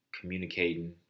communicating